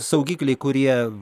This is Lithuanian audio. saugikliai kurie